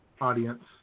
audience